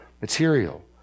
material